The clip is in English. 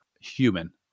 human